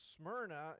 Smyrna